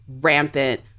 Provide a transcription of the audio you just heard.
rampant